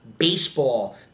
Baseball